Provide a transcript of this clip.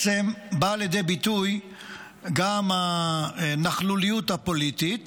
באים לידי ביטוי גם הנכלוליות הפוליטית